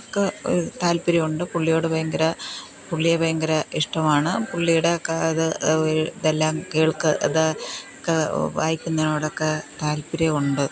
ക് താൽപ്പര്യം ഉണ്ട് പുള്ളിയോട് ഭയങ്കര പുള്ളിയെ ഭയങ്കര ഇഷ്ടമാണ് പുള്ളിയുടെ ഒക്കെ അത് ഇതെല്ലാം കേൾക്ക് അത് ക് വായിക്കുന്നതിനോടൊക്കെ താൽപ്പര്യം ഉണ്ട്